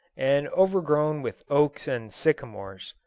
and overgrown with oaks and sycamores.